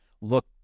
look